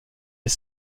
est